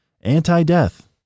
anti-death